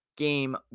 game